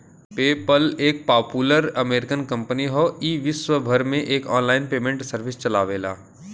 PayPal एक popular American company हौ ई विश्वभर में एक आनलाइन पेमेंट सर्विस चलावेला